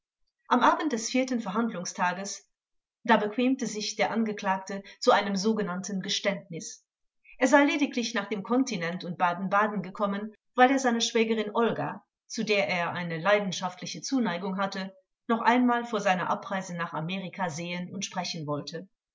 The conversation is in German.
am abend des vierten verhandlungstages da bequemte sich der angeklagte zu einem sogenannten geständnis er sei lediglich nach dem kontinent und baden-baden gekommen weil er seine schwägerin olga zu der er eine leidenschaftliche zuneigung hatte noch einmal vor seiner abreise nach amerika sehen und sprechen wollte